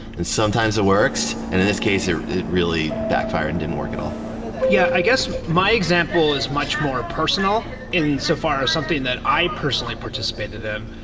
and sometimes it works. and in this case, it it really backfired and didn't work at all yeah, i guess my example is much more personal in so far something that i personally participated in.